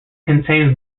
contains